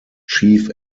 chief